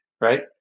right